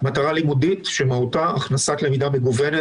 מטרה לימודית שמהותה הכנסת למידה מגוונת